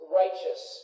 righteous